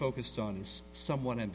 focused on is someone